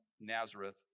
Nazareth